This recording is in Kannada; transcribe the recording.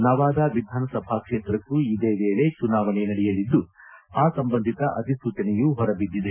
ನವಾದಾ ವಿಧಾನಸಭಾ ಕ್ಷೇತ್ರಕ್ಕೂ ಇದೇ ವೇಳೆ ಚುನಾವಣೆ ನಡೆಯಲಿದ್ದು ಆ ಸಂಬಂಧಿತ ಅಧಿಸೂಚನೆಯು ಹೊರಬಿದ್ದಿದೆ